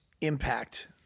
impact